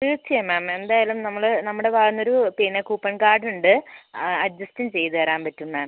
തീർച്ചയായും മാം എന്തായാലും നമ്മൾ നമ്മുടെ ഭാഗത്തിന്ന് ഒരു പിന്നെ കൂപ്പൺ കാർഡ് ഉണ്ട് ആ അഡ്ജസ്റ്റും ചെയ്ത് തരാൻ പറ്റും മാം